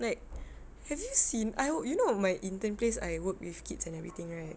like have you seen I work you know my intern place I work with kids and everything right